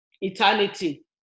eternity